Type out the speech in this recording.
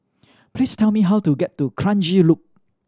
please tell me how to get to Kranji Loop